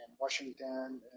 Washington